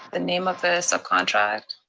the name of the subcontract?